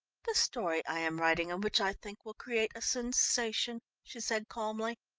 the story i am writing and which i think will create a sensation, she said calmly.